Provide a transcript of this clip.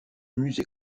musée